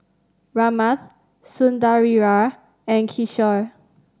Ramnath Sundaraiah and Kishore